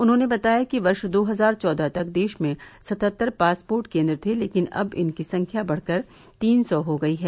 उन्होंने बताया कि वर्ष दो हजार चौदह तक देश में सतहत्तर पासपोर्ट केन्द्र थे लेकिन अब इनकी संख्या बढ़कर तीन सौ हो गयी है